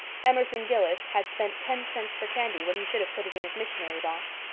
emerson gillis had spent ten cents for candy when he should have put it in his missionary box.